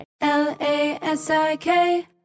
L-A-S-I-K